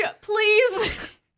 please